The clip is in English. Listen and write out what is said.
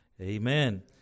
amen